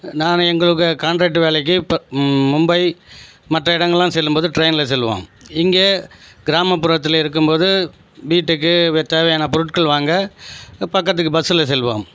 நானு எங்களுக்கு காண்ட்ராக்ட் வேலைக்கு பு மும்பை மற்ற இடங்களெல்லாம் செல்லும் போது ட்ரெயினில் செல்லுவோம் இங்கே கிராமப்புறத்திலே இருக்கும் போது வீட்டுக்கு தேவையான பொருட்கள் வாங்க பக்கத்துக்கு பஸ்ஸுல் செல்லுவோம்